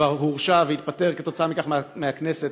שכבר הורשע והתפטר כתוצאה מכך מהכנסת,